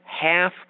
half